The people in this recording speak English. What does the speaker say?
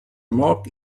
mark